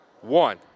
one